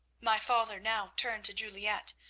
my father now turned to juliette,